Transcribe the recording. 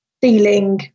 feeling